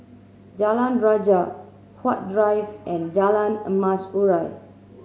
Jalan Rajah Huat Drive and Jalan Emas Urai